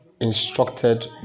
instructed